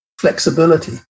flexibility